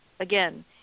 Again